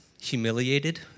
humiliated